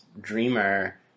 dreamer